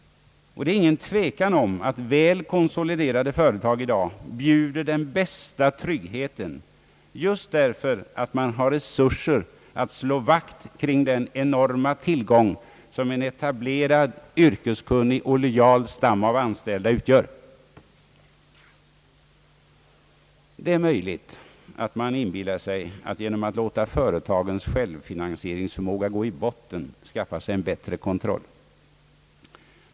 Och det är ingen tvekan om att väl konsoliderade företag i dag bjuder den bästa tryggheten, just därför att man har resurser att slå vakt kring den enorma tillgång som en etablerad, yrkeskunnig och lojal stam av anställda utgör. Det är möjligt att man inbillar sig att man genom att låta företagens självfinansieringsförmåga gå i botten skaffar sig en bättre kontroll.